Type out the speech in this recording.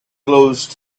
close